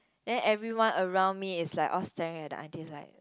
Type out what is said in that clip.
then everyone around me is like all staring at the auntie like